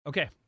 Okay